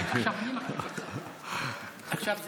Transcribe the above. עכשיו 13:30,